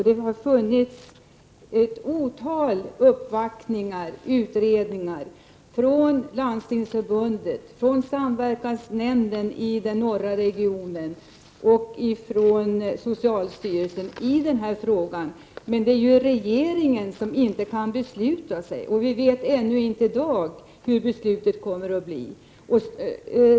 Det har gjorts ett otal uppvaktningar och utredningar från Landstingsförbundet, från samverkansnämnden i norra regionen och från socialstyrelsen i denna fråga. Men regeringen kan inte besluta sig. Vi vet ännu inte vilket beslut man kommer att fatta.